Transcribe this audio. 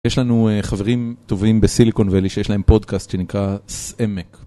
יש לנו חברים טובים בסיליקון ואלי שיש להם פודקאסט שנקרא סאמק.